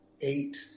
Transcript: eight